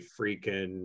freaking